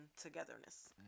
togetherness